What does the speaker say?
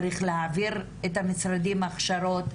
צריך להעביר את המשרדים הכשרות,